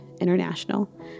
International